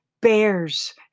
bears